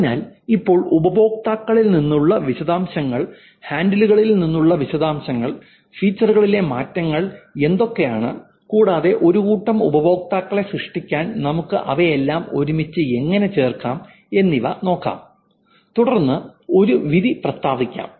അതിനാൽ ഇപ്പോൾ ഉപയോക്താക്കളിൽ നിന്നുള്ള വിശദാംശങ്ങൾ ഹാൻഡിലുകളിൽ നിന്നുള്ള വിശദാംശങ്ങൾ ഫീച്ചറുകളിലെ മാറ്റങ്ങൾ എന്തൊക്കെയാണ് കൂടാതെ ഒരു കൂട്ടം ഉപയോക്താക്കളെ സൃഷ്ടിക്കാൻ നമുക്ക് അവയെല്ലാം ഒരുമിച്ച് എങ്ങനെ ചേർക്കാം എന്നിവ നോക്കാം തുടർന്ന് ഒരു വിധി പ്രസ്താവിക്കാം